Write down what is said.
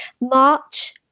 march